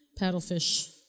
Paddlefish